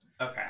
okay